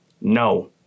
No